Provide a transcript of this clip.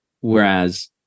whereas